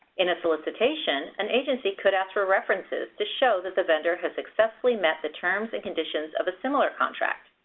in a solicitation, an agency could ask for references to show that the vendor has successfully met the terms and conditions of a similar contract.